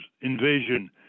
invasion